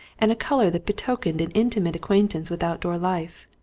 and a colour that betokened an intimate acquaintance with outdoor life.